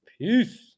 Peace